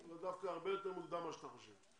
דווקא הרבה יותר מוקדם מכפי שאתה חושב.